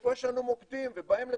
איפה יש לנו מוקדים ובהם לטפל.